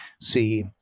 see